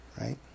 Right